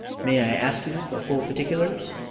may i ask you for full particulars?